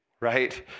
right